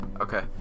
okay